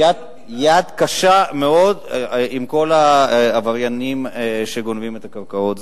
יד קשה מאוד עם כל העבריינים שגונבים את הקרקעות.